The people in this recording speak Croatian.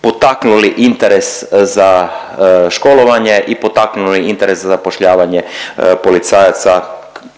potaknuli interes za školovanje i potaknuli interes za zapošljavanje policajaca.